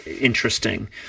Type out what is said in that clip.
interesting